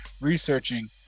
researching